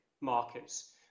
markets